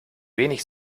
wenig